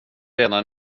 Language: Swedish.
redan